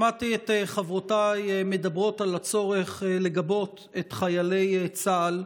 שמעתי את חברותיי מדברות על הצורך לגבות את חיילי צה"ל,